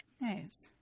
Nice